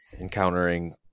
encountering